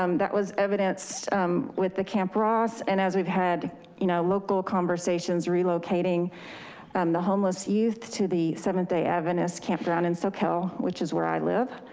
um that was evidenced with the camp ross and as we've had you know local conversations, relocating um the homeless youth to the seventh day adventist camp down in soquel, which is where i live.